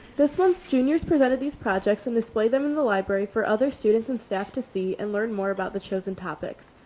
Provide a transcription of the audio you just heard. this month juniors presented these projects and display them in the library for other students and staff to see and learn more about the chosen topics.